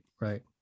right